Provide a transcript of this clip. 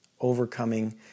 overcoming